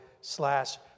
slash